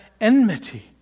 enmity